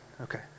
Okay